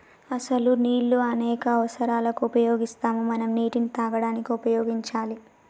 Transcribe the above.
అసలు నీళ్ళు అనేక అవసరాలకు ఉపయోగిస్తాము మనం నీటిని తాగడానికి ఉపయోగించాలి